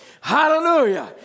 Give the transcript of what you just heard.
hallelujah